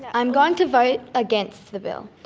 i'm going to vote against the bill.